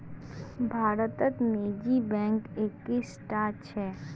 भारतत निजी बैंक इक्कीसटा छ